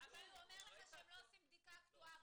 אבל הוא אומר לך שהם לא עושים בדיקה אקטוארית.